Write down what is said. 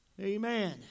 Amen